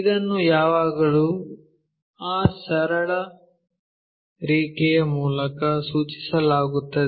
ಇದನ್ನು ಯಾವಾಗಲೂ ಆ ಸರಳ ರೇಖೆಯ ಮೂಲಕ ಸೂಚಿಸಲಾಗುತ್ತದೆ